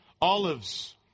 Olives